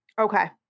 Okay